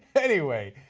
anyway.